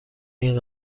این